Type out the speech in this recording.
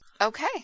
Okay